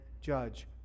Judge